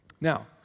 Now